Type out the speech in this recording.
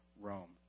Rome